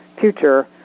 future